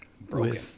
broken